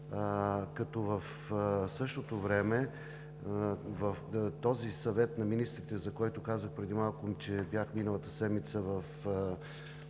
като в същото време в този Съвет на министрите, за който казах преди малко, че бях миналата седмица в